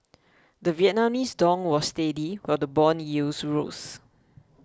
the Vietnamese dong was steady while the bond yields rose